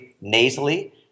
nasally